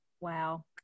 Wow